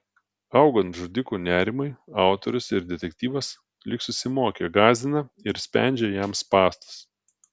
augant žudiko nerimui autorius ir detektyvas lyg susimokę gąsdina ir spendžia jam spąstus